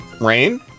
rain